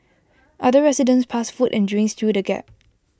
other residents passed food and drinks through the gap